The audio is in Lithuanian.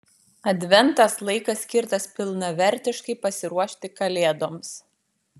adventas laikas skirtas pilnavertiškai pasiruošti kalėdoms